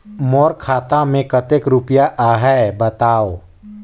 मोर खाता मे कतेक रुपिया आहे बताव?